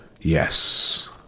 Yes